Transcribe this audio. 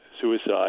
suicide